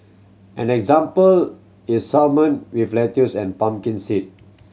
an example is salmon with lettuce and pumpkin seed